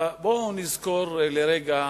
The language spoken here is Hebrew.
בואו נזכור לרגע